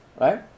right